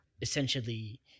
Essentially